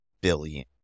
billion